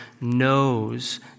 knows